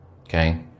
okay